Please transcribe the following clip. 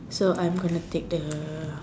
so I am gonna take the